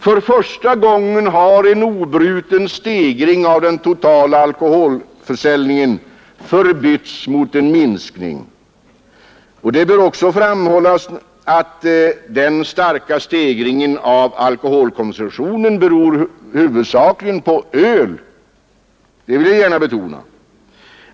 För första gången har en obruten ökning av den totala alkoholförsäljningen förbytts i en minskning. Det bör också framhållas att den starka stegringen av alkoholkonsumtionen huvudsakligen beror på öl — det vill jag gärna betona.